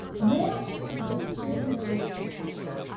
math is extraordinarily sequential.